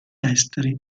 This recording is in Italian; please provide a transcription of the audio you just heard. esteri